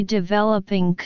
Developing